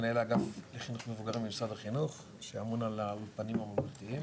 מנהל האגף לחינוך מבוגרים במשרד החינוך שאמון על האולפנים למבוגרים.